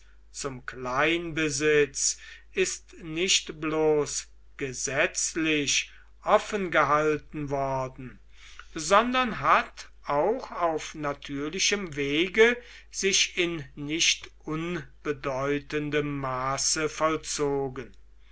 zum kleinbesitz ist nicht bloß gesetzlich offengehalten worden sondern hat auch auf natürlichem wege sich in nicht unbedeutendem maße vollzogen